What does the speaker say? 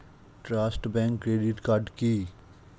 Trust bank credit card কি?